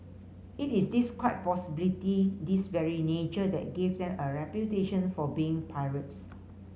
it is this quite possibly this very nature that gave them a reputation for being pirates